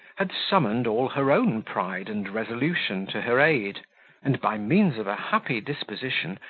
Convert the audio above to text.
had summoned all her own pride and resolution to her aid and, by means of a happy disposition,